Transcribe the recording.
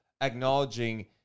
acknowledging